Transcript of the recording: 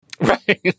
Right